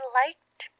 liked